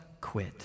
quit